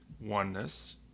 oneness